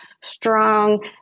strong